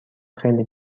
خیلی